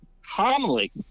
homily